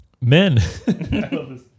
Men